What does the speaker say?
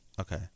Okay